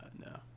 No